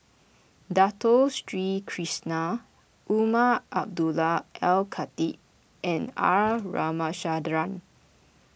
Dato Sri Krishna Umar Abdullah Al Khatib and R Ramachandran